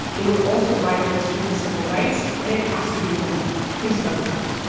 it would also violate students' civil rights, and it has to be wrong. please vote, no.